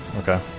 Okay